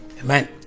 Amen